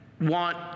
want